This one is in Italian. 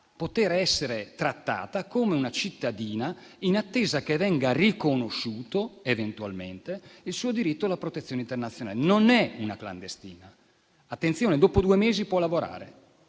a essere trattata come una cittadina in attesa che venga riconosciuto eventualmente il suo diritto alla protezione internazionale. Non è una clandestina. Attenzione, dopo due mesi può lavorare.